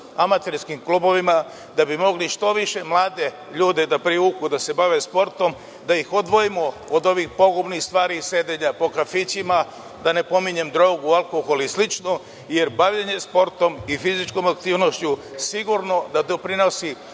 amaterskim klubovima, da bi mogli što više mlade ljude da privuku da se bave sportom, da ih odvojimo od ovih pogubnih stvari, sedenja po kafićima, da ne pominjem drogu, alkohol i slično? Jer, bavljenjem sportom i fizičkom aktivnošću sigurno da doprinose